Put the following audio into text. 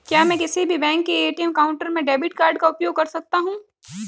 क्या मैं किसी भी बैंक के ए.टी.एम काउंटर में डेबिट कार्ड का उपयोग कर सकता हूं?